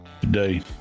Today